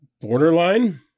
borderline